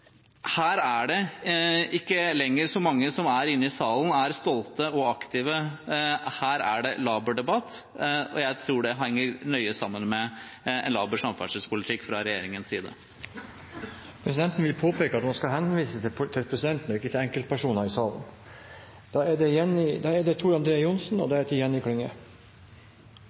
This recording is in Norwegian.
Her er det ikke lenger så mange som er inne i salen, er stolte og aktive. Her er det laber debatt. Jeg tror det henger nøye sammen med en laber samferdselspolitikk fra regjeringens side. Presidenten vil påpeke at man skal henvende seg til presidenten og ikke til enkeltpersoner i salen. Jeg er faktisk stolt av det budsjettet som er